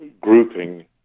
grouping